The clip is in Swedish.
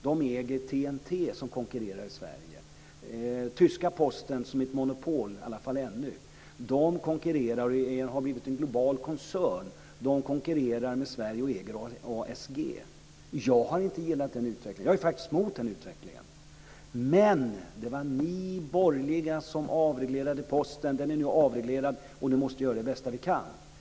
Den tyska posten som är ett monopol - åtminstone ännu - konkurrerar och har blivit en global koncern. Man konkurrerar med Sverige och äger ASG. Jag har inte gillat den utvecklingen. Jag är faktiskt mot den utvecklingen. Men det var ni borgerliga som avreglerade Posten. Den är nu avreglerad, och då måste vi göra det bästa vi kan.